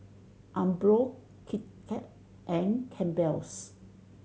Umbro Kit Kat and Campbell's